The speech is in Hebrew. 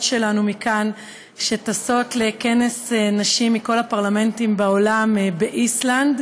שלנו מכאן שטסות לכנס נשים מכל הפרלמנטים בעולם באיסלנד.